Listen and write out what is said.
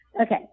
Okay